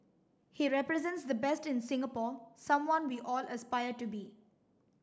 he represents the best in Singapore someone we all aspire to be